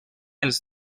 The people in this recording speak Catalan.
els